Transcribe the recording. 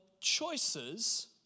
choices